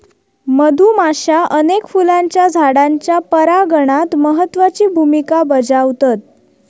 मधुमाश्या अनेक फुलांच्या झाडांच्या परागणात महत्त्वाची भुमिका बजावतत